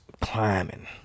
climbing